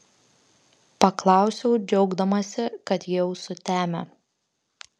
paklausiau džiaugdamasi kad jau sutemę